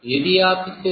यदि आप इसे बढ़ाते हैं